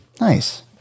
nice